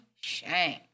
Shame